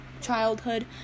childhood